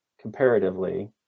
comparatively